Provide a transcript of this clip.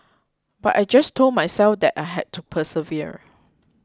but I just told myself that I had to persevere